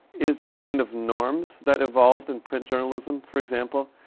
is a kind of norms that evolved in print journalism for example.